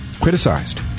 Criticized